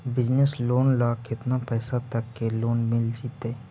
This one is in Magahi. बिजनेस लोन ल केतना पैसा तक के लोन मिल जितै?